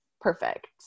perfect